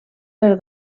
per